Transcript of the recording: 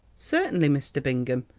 certainly, mr. bingham,